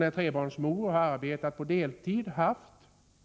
är trebarnsmor och har arbetat på deltid. Hon har haft